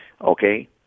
Okay